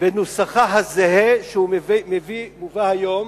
בנוסחה הזהה לזה שהובא היום,